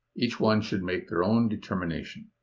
each one should make their own determination.